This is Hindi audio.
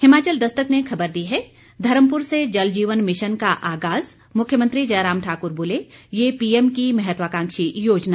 हिमाचल दस्तक ने खबर दी है धर्मपुर से जल जीवन मिशन का आगाज मुख्यमंत्री जयराम ठाकुर बोले ये पीएम की महत्वाकांक्षी योजना